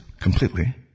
completely